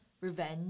revenge